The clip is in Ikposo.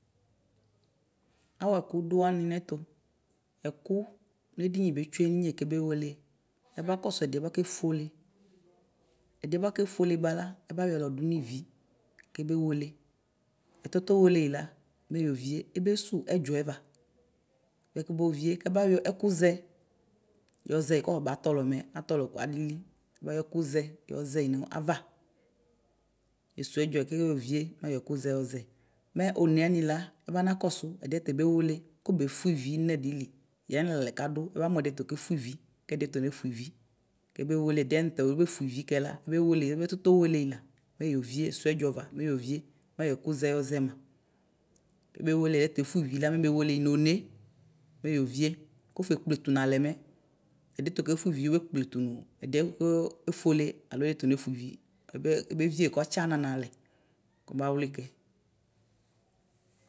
Awʋ ɛkʋdʋ wani nɛtʋ ɛkʋ nedini betsʋe ninye kebewele ɛbakɔsu ɛdiɛ bʋakʋ efuele ɛdiɛ bʋakʋ efuele bala ɛbayɔla yɔdʋ nivi kebewele ɛtɔtɔ welela mɛyovie ebesʋ ɛdzɛva bɛ kɛbʋvie ɛbayɔ ɛkuzɛ yɔzɛ kɔbatɔlɔmɛ. Atɔlɔ ko alili mɛ ayɔ ɛkuzɛyi nʋ ava esuwʋ ɛdzɔɛ ɛdzɔɛ mɛ ene wanila ebana kɔsʋ ɛdiɛtɛ ɛbewele kɔbefue ivi nʋ ɛdiɛtɔ nefʋe ivi kebɛmele ɛdini tobefivi kɛla ɛbɛtɔtɔ weleyɛla mɛyɔ vie sʋɛdzɔ mɛyɔ vie mayɔ ɔkuzɛ zɛma kebewele tɛ efue ivila none one mɛyɔ vie kɔfe kpletʋ nalɛ mɛ ɛditokefue ivi obekpletʋnʋ ɛɖiɛ kʋ efuele alo yɛto nefuɛivi ɛbevie kɔtsana nalɛ kɔba wlikɛ.